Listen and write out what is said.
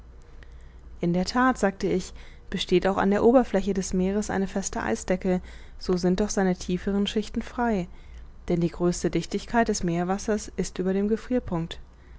in der that sagte ich besteht auch an der oberfläche des meeres eine feste eisdecke so sind doch seine tieferen schichten frei denn die größte dichtigkeit des meerwassers ist über dem